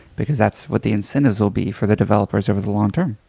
because that's what the incentives will be for the developers over the long term.